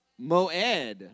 moed